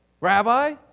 Rabbi